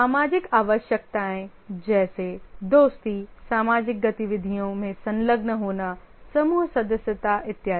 सामाजिक आवश्यकताएं जैसे दोस्ती सामाजिक गतिविधियों में संलग्न होना समूह सदस्यता इत्यादि